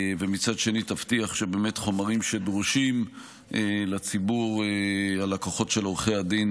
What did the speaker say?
ומצד שני תבטיח שחומרים שדרושים לציבור הלקוחות של עורכי הדין,